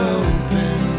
open